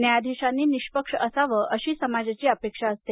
न्यायाधीशांनी निष्पक्ष असावं अशी समाजाची अपेक्षा असते